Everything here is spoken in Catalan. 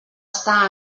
està